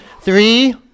Three